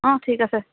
অ ঠিক আছে